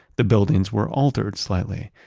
the buildings were altered slightly.